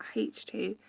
h two.